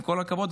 עם כל הכבוד,